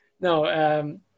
No